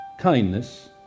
kindness